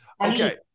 Okay